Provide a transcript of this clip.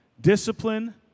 discipline